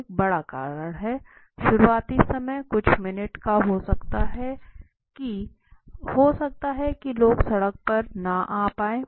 एक बड़ा कारण है शुरुआती समय कुछ मिनट का हो सकता है कि हो सकता हैं लोग सड़क पर न आ पाएं